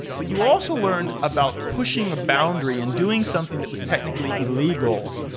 but you also learned about pushing a boundary and doing something that was technically illegal.